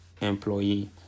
employee